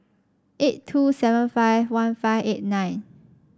eight two seven five one five eight nine